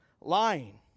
Lying